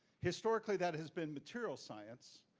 historically, that has been material science.